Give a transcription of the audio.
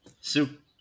Soup